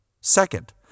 Second